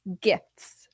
gifts